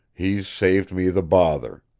he's saved me the bother.